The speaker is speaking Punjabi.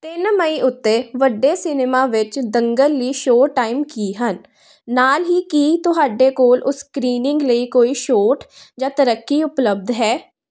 ਤਿੰਨ ਮਈ ਉੱਤੇ ਵੱਡੇ ਸਿਨੇਮਾ ਵਿੱਚ ਦੰਗਲ ਲਈ ਸ਼ੋਅ ਟਾਈਮ ਕੀ ਹਨ ਨਾਲ ਹੀ ਕੀ ਤੁਹਾਡੇ ਕੋਲ ਉਸ ਸਕ੍ਰੀਨਿੰਗ ਲਈ ਕੋਈ ਛੋਟ ਜਾਂ ਤਰੱਕੀ ਉਪਲੱਬਧ ਹੈ